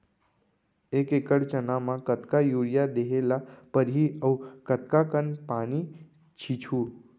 एक एकड़ चना म कतका यूरिया देहे ल परहि अऊ कतका कन पानी छींचहुं?